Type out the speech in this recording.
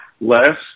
less